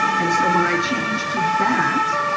and so when i change to that,